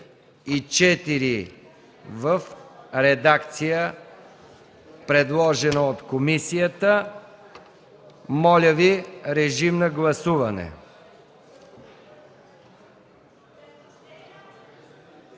394 в редакция, предложена от комисията. Моля Ви, режим на гласуване.